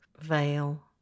veil